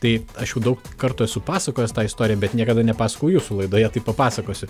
tai aš jau daug kartų esu pasakojęs tą istoriją bet niekada nepasakojau jūsų laidoje tai papasakosiu